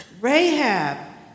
Rahab